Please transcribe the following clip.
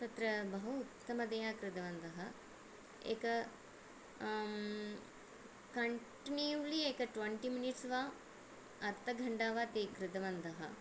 तत्र बहु उत्तमतया कृतवन्तः एकं कण्टिन्यूलि एक ट्वेण्टिमिनिट्स् वा अर्धघण्टा वा ते कृतवन्तः